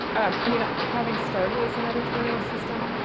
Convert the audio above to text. um, i mean having started as an editorial assistant,